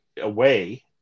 away